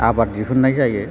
आबाद दिहुननाय जायो